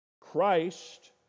Christ